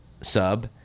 sub—